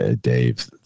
dave